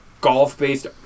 golf-based